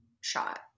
shot